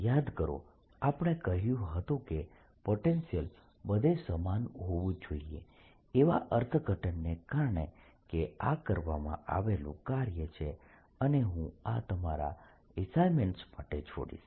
યાદ કરો આપણે કહ્યું હતું કે પોટેન્શીયલ બધે સમાન હોવું જોઈએ એવા અર્થઘટનને કારણે કે આ કરવામાં આવેલું કાર્ય છે અને હું આ તમારા અસાઈન્મેન્ટ માટે છોડીશ